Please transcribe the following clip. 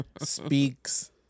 Speaks